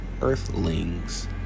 earthlings